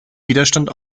widerstand